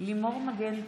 לימור מגן תלם,